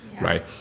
Right